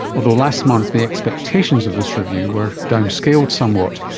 although last month the expectations of this review were downscaled somewhat.